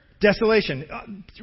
Desolation